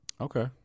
Okay